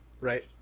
Right